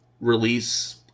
release